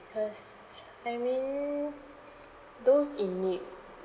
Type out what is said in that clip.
because I mean those in need